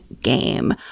game